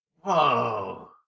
Whoa